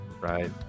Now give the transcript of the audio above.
right